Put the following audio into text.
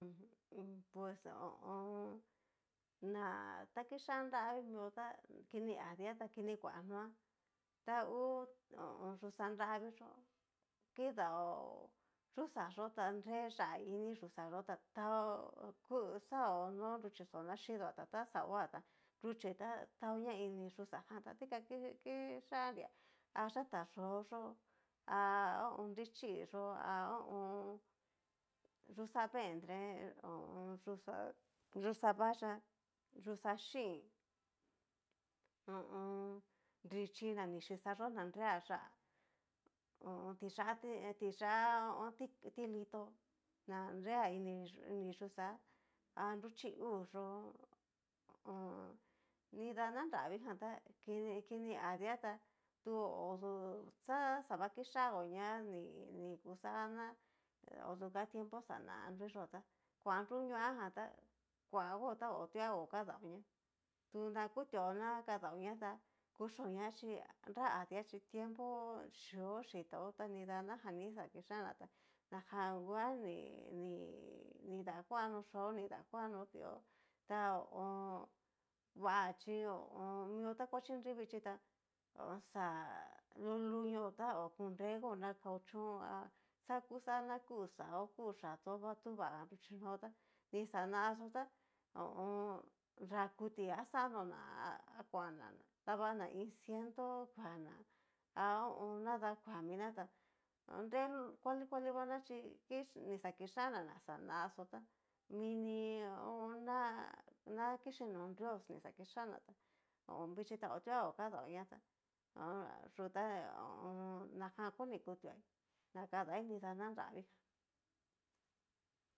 pues ho o on. na ta kixan nravi mio tá kini adia ta kini kua noá ta hu ho o yuxa nravi yó, kidao yuxá yó ta nre yá'a ini yuxa yó ta taó ku xaonó nruchí xó yidua ta taxa hoá tá nruchí ta taoña ini yuxa jan tá dikan ki kiyária a yata yó'o yó ha ho o on. nrichí'i yó ha ho o on. yuxa vendre, ho o on. yuxa yuxa vayá, yuxa xiin, ho o on. nrixhi na ni xhixa yó na nrea yá'a ho o on. tiyate tiyá ti litó na rea ini yuxa a nruchí uu yó ho o on. nida na nravijan tá kini adia tá tu hodú xa xavakixangoña ni ni kuxá na oduga tiempo xana nruiyó ta kuan nruñoajan tá, kuago ta okuago kadaoña tu na kutuaó na kadaoña tá kuchioña chi nra adia chí tiempo xio, yitao nrida najan ni xa kixhana tá najan nguan ni ni dakuano yuaó ni dakuanó di'ó, ta ho o on. va chí ho o on. mio ta kuachí nrui vichí tá xá lulunió tá okú nrego na kao chón axa kuxa na kuu xaó, kuu yató, va tú vaga nruchíno tá ni xana xó tá ho o on. nra kutí axanona kuana ná davana iin ciento kuana a ho o on. nadá kuaminá tá nre lu kuali kuali vana chí ni xa kixhan ná xanaxó ta miní ná na kixí no nrios ni xa kixána tá ho o on, vichí ta otuagó kadaoña ta yu ta yu tá ho o o. najan koni kutuaí na kadaí nida ná nraviján.